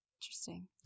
Interesting